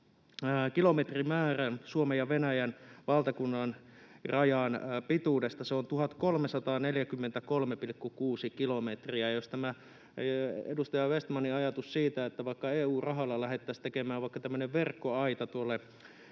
kilometrimäärän Suomen ja Venäjän valtakunnan rajan pituudesta. Se on 1 343,6 kilometriä. Edustaja Vestmanin ajatus siitä, että EU-rahalla lähdettäisiin tekemään vaikka verkkoaita tuolle